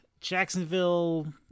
Jacksonville